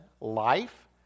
life